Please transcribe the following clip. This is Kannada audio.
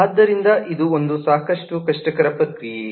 ಆದ್ದರಿಂದ ಇದು ಒಂದು ಸಾಕಷ್ಟು ಕಷ್ಟಕರ ಪ್ರಕ್ರಿಯೆ